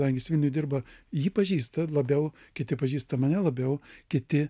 regis vieni dirba jį pažįsta labiau kiti pažįsta mane labiau kiti